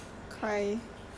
I cry